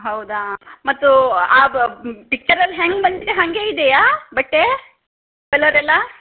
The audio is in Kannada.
ಹೌದಾ ಮತ್ತು ಆ ಬ ಪಿಚ್ಚರಲ್ಲಿ ಹೆಂಗೆ ಬಂದಿದೆ ಹಾಗೇ ಇದೆಯಾ ಬಟ್ಟೆ ಕಲರೆಲ್ಲ